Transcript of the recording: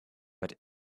but